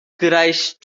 christ